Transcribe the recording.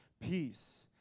peace